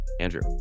Andrew